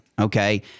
Okay